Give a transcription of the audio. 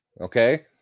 Okay